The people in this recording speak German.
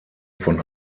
von